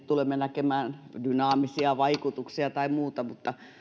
tulemme näkemään dynaamisiavaikutuksia tai muuta mutta